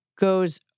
goes